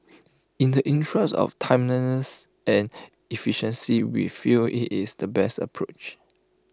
in the interest of timeliness and efficiency we feel IT is the best approach